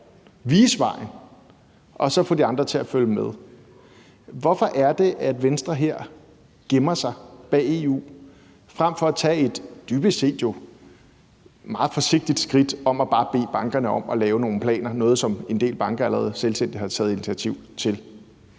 vise vejen, og så få de andre til at følge med. Hvorfor er det, at Venstre her gemmer sig bag EU frem for at tage det dybest set jo meget forsigtige skridt bare at bede bankerne om at lave nogle planer – noget, som en del banker allerede selvstændigt har taget initiativ til?